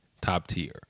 top-tier